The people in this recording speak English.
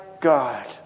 God